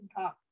talk